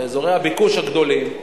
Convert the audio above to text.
באזורי הביקוש הגדולים,